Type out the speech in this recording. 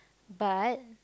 but